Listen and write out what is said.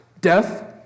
Death